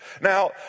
Now